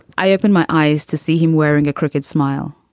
i opened my eyes to see him wearing a crooked smile.